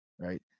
Right